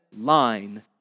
line